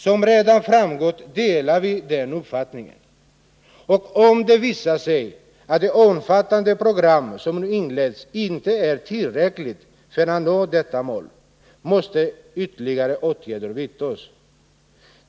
Som redan framgått delar vi den uppfattningen.” Vidare heter det i motionen: ”Om det visar sig att det omfattande program som nu inleds inte är tillräckligt för att nå detta mål måste ytterligare åtgärder vidtas.